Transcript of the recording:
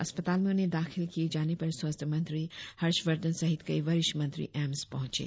अस्पताल में उन्हें दाखिल किए जाने पर स्वास्थ्य मंत्री हर्षवर्धन सहित कई वरिष्ठ मंत्री एम्स पहुंचे